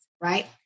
Right